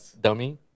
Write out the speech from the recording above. dummy